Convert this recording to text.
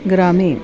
ग्रामे